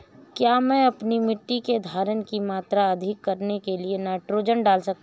क्या मैं अपनी मिट्टी में धारण की मात्रा अधिक करने के लिए नाइट्रोजन डाल सकता हूँ?